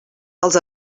els